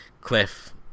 Cliff